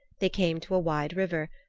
they came to a wide river,